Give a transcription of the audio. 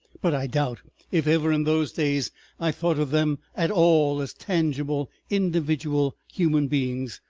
but i doubt if ever in those days i thought of them at all as tangible individual human beings,